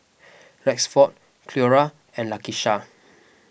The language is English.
Rexford Cleora and Lakisha